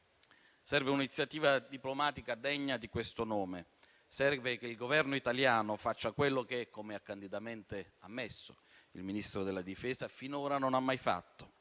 Serve un'iniziativa diplomatica degna di questo nome; serve che il Governo italiano faccia quello che, come ha candidamente ammesso il Ministro della difesa, finora non ha mai fatto: